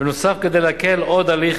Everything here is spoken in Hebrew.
בנוסף, כדי להקל עוד על הליך